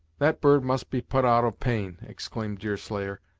that bird must be put out of pain, exclaimed deerslayer,